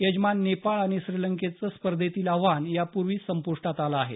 यजमान नेपाळ आणि श्रीलंकेचं स्पर्धेतील आव्हान यापुर्वीच संप्टात आलं आहे